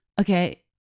okay